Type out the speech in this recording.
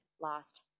lost